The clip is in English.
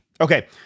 Okay